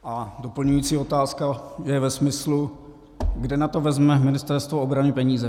A doplňující otázka je ve smyslu, kde na to vezme Ministerstvo obrany peníze.